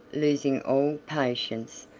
losing all patience,